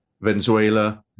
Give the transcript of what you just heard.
Venezuela